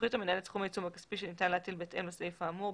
יפחית המנהל את סכום העיצום הכספי שניתן להטיל בהתאם לסעיף האמור,